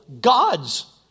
God's